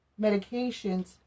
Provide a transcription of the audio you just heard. medications